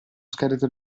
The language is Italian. scheletro